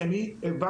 כי אני הבנתי.